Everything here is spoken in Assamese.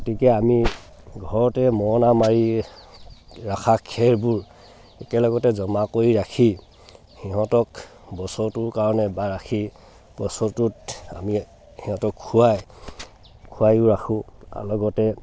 গতিকে আমি ঘৰতে মৰণা মাৰি ৰখা খেৰবোৰ একেলগতে জমা কৰি ৰাখি সিহঁতক বছৰটোৰ কাৰণে বা ৰাখি বছৰটোত আমি সিহঁতক খুৱাই খুৱাইও ৰাখোঁ আৰু লগতে